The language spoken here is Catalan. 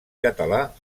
català